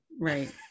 Right